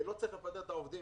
לא צריך לפטר את העובדים.